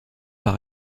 par